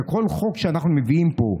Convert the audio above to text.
בכל חוק שאנחנו מביאים פה,